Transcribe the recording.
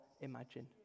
imagine